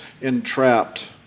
entrapped